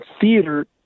theater